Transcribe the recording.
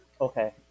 Okay